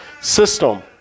system